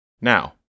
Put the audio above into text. Now